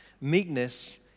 Meekness